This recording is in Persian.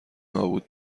نابود